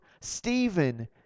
Stephen